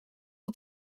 wol